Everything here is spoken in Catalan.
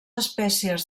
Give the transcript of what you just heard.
espècies